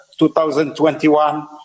2021